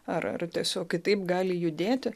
ar ar tiesiog kitaip gali judėti